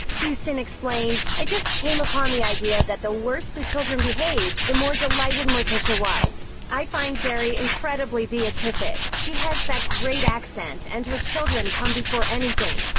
huston explained, i just came upon the idea that the worse the children behaved, the more delighted morticia was i find jerry incredibly beatific, she has that great accent and her children come before anything.